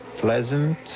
pleasant